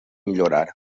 millorar